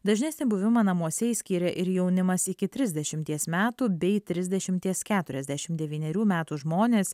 dažnesnį buvimą namuose išskyrė ir jaunimas iki trisdešimties metų bei trisdešimties keturiasdešim devynerių metų žmonės